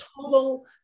total